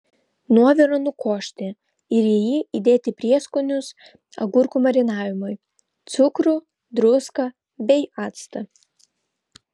nuovirą nukošti ir į jį įdėti prieskonius agurkų marinavimui cukrų druską bei actą